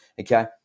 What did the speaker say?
okay